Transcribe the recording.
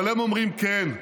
אבל הם אומרים כן,